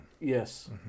yes